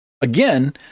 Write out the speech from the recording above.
Again